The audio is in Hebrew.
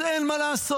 אז אין מה לעשות.